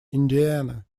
indiana